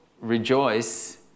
Rejoice